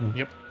yep